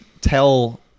tell